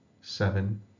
seven